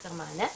וחוסר מענה.